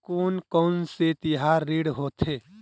कोन कौन से तिहार ऋण होथे?